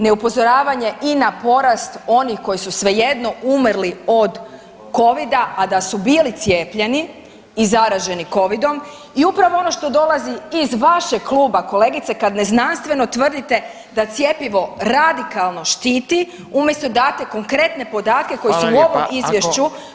Neupozoravanje i na porast onih koji su svejedno umrli od Covida, a da su bili cijepljeni i zaraženi Covidom i upravo ono što dolazi iz vašeg kluba, kolegice, kad neznanstveno tvrdite da cjepivo radikalno štiti umjesto date konkretne podatke koji su u ovom Izvješću